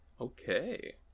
Okay